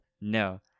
No